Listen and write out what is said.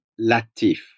Latif